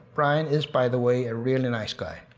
brian is, by the way, a really nice guy